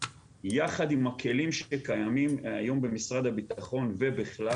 יחד עם הכלים שקיימים היום במשרד הבטחון ובכלל